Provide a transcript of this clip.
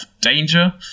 danger